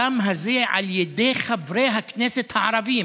הדם הזה על ידי חברי הכנסת הערבים.